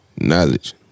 Knowledge